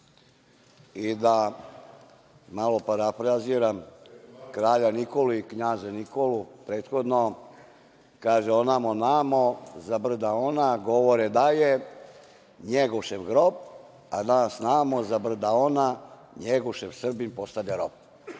i da malo parafraziram, kralja Nikolu i knjaza Nikolu, prethodno kaže - onamo-namo, za brda ona govore da je Njegošev grob, a nas namo, za brda ona, Njegušev Srbin postade rob.